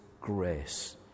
grace